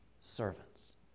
servants